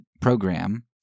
program